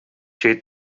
cei